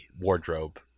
wardrobe